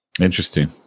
Interesting